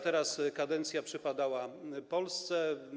Teraz kadencja przypadała Polsce.